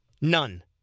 None